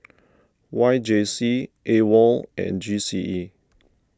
Y J C Awol and G C E